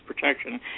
protection